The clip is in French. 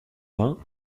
vingt